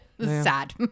Sad